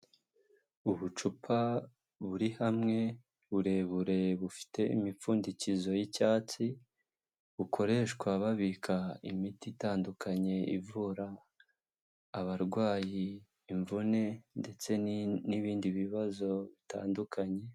Ubucupa buri hamwe burebure bufite imipfundikizo y'icyatsi, bukoreshwa babika imiti itandukanye ivura abarwayi imvune ndetse n'ibindi bibazo bitandukanye.